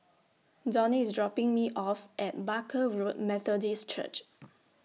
Donnie IS dropping Me off At Barker Road Methodist Church